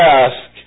ask